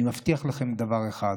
אני מבטיח לכם דבר אחד: